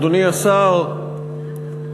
אדוני השר,